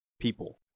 people